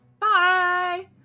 Bye